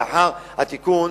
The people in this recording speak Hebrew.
לאחר התיקון